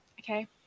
okay